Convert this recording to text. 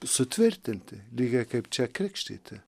sutvirtinti lygiai kaip čia krikštyti